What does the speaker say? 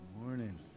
morning